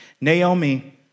Naomi